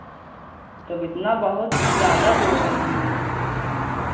तब इतना बहुत ज़्यादा बोल रहे हैं आप